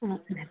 हा हा